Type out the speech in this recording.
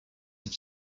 have